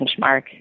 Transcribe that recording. benchmark